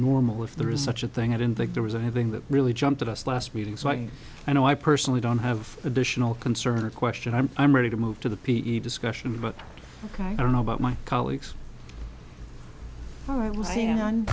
normal if there is such a thing i didn't think there was a having that really jumped at us last meeting so i you know i personally don't have additional concern or question i'm i'm ready to move to the p t a discussion but i don't know about my colleagues